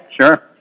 sure